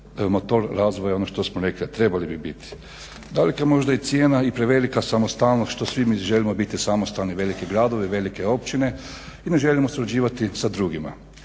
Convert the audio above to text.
motor razvoja ono što smo rekli, a trebali bi biti. Da li je možda cijena i prevelika samostalnost što svi mi želimo biti samostalni veliki gradovi, velike općine i ne želimo surađivati sa drugima.